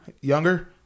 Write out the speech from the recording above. Younger